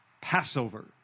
Passover